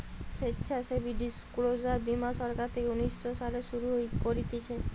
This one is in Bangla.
স্বেচ্ছাসেবী ডিসক্লোজার বীমা সরকার থেকে উনিশ শো সালে শুরু করতিছে